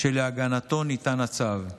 שלהגנתו ניתן הצו,